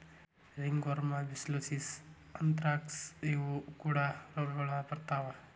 ringworm, brucellosis, anthrax ಇವು ಕೂಡಾ ರೋಗಗಳು ಬರತಾ